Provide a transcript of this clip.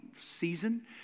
season